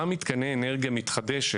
אותם מתקני אנרגיה מתחדשת,